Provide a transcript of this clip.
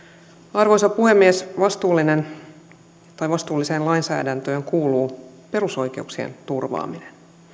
arvoisa puhemies vastuulliseen lainsäädäntöön kuuluu perusoikeuksien turvaaminen